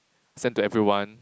send to everyone